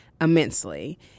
immensely